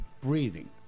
breathing